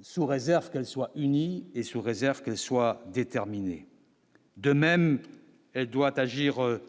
sous réserve qu'elle soit unie et sous réserve qu'elles soient déterminées, de même, elle doit agir